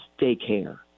daycare